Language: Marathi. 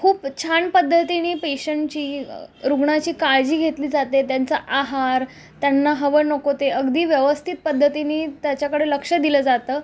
खूप छान पद्धतीनी पेशंटची रुग्णाची काळजी घेतली जाते त्यांचा आहार त्यांना हवं नको ते अगदी व्यवस्थित पद्धतीनी त्याच्याकडे लक्ष दिलं जातं